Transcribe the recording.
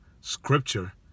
scripture